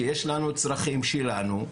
שיש לנו צרכים שלנו,